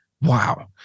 wow